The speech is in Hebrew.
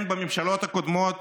כן, בממשלות הקודמות